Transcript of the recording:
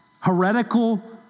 heretical